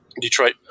detroit